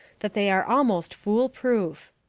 that they are almost fool-proof.